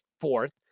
fourth